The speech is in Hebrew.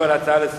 יכול להחליף אותה.